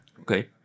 okay